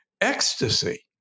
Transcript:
ecstasy